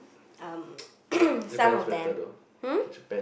um some of them hmm